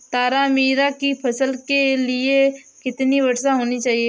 तारामीरा की फसल के लिए कितनी वर्षा होनी चाहिए?